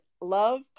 Love